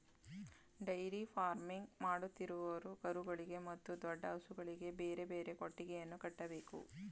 dairy farming ಮಾಡುತ್ತಿರುವವರು ಕರುಗಳಿಗೆ ಮತ್ತು ದೊಡ್ಡ ಹಸುಗಳಿಗೆ ಬೇರೆ ಬೇರೆ ಕೊಟ್ಟಿಗೆಯನ್ನು ಕಟ್ಟಬೇಕು